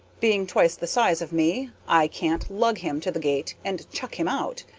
being twice the size of me, i can't lug him to the gate and chuck him out.